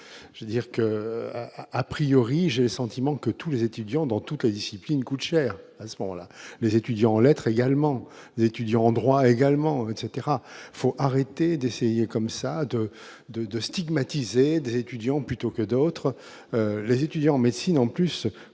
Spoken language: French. je dirais que, a priori, j'ai sentiments que tous les étudiants dans toutes les disciplines, coûte cher à ce moment-là les étudiants lettres également étudiant en droit également etc faut arrêter d'essayer comme ça de, de, de stigmatiser des étudiants plutôt que d'autres, les étudiants en médecine, en plus,